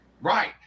Right